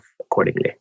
accordingly